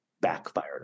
backfired